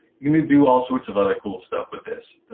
you can do all sorts of other cool stuff with this,